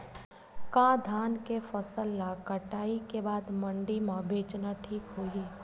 का धान के फसल ल कटाई के बाद मंडी म बेचना ठीक होही?